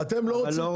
אתם לא רוצים